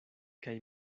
kaj